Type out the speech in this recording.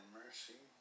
mercy